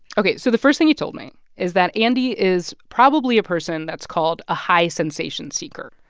ok. so the first thing he told me is that andy is probably a person that's called a high sensation seeker